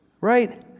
Right